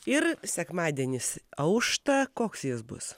ir sekmadienis aušta koks jis bus